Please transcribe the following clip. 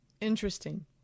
Interesting